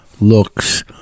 looks